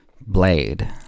blade